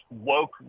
woke